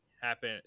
happen